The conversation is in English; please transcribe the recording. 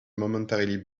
momentarily